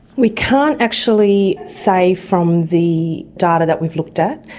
we can't actually say from the data that we've looked at.